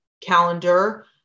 calendar